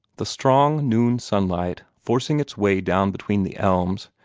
the strong noon sunlight, forcing its way down between the elms,